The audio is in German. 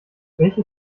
welche